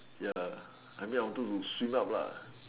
ya I mean I wanted to swim up lah